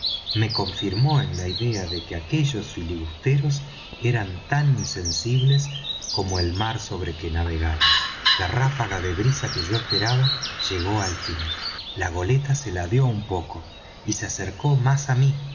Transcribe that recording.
me confirmó en la idea de que aquellos filibusteros eran tan insensibles como el mar sobre que navegaban la ráfaga de brisa que yo esperaba llegó al fin la goleta se ladeó un poco y se acercó más á mí